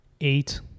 eight